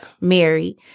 married